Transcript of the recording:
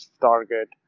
target